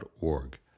org